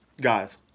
guys